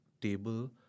table